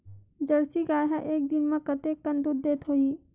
Jersey गाय ह एक दिन म कतेकन दूध देत होही?